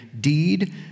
deed